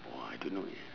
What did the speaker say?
!whoa! I don't know eh